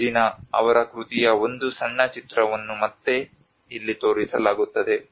Regina ಅವರ ಕೃತಿಯ ಒಂದು ಸಣ್ಣ ಚಿತ್ರವನ್ನು ಮತ್ತೆ ಇಲ್ಲಿ ತೋರಿಸಲಾಗುತ್ತದೆ